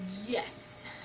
Yes